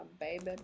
baby